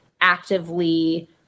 actively